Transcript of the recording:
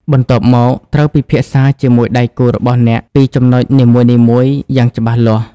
បន្ទាប់មក ត្រូវពិភាក្សាជាមួយដៃគូរបស់អ្នកពីចំណុចនីមួយៗយ៉ាងច្បាស់លាស់។